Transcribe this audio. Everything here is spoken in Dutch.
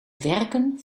werken